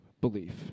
belief